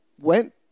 went